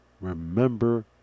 remember